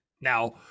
Now